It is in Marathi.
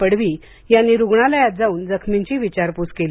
पडवी यांनी रुग्णालयात जाऊन जखमींची विचारपूस केली